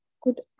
good